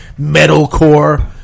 metalcore